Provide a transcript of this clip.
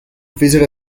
visit